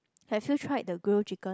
have you tried the grill chicken